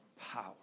power